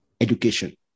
education